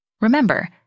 Remember